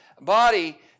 body